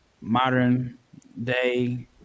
modern-day